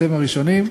אתם הראשונים,